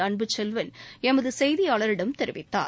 அன்புச்செல்வன் எமதுசெய்தியாளரிடம் தெரிவித்தார்